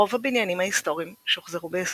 רוב הבניינים ההיסטוריים שוחזרו ביסודיות.